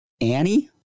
Annie